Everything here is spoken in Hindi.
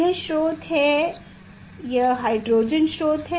यह स्रोत है यह हाइड्रोजन स्रोत है